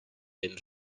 and